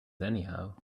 anyhow